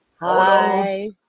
Hi